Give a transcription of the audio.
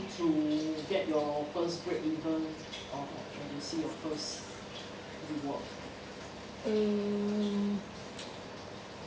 um